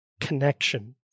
connection